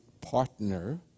partner